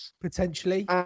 potentially